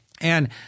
And-